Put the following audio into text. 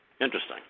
Interesting